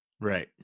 Right